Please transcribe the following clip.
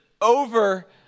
over